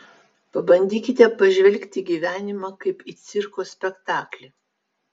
pabandykite pažvelgti į gyvenimą kaip į cirko spektaklį